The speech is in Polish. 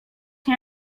nie